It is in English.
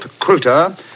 Quilter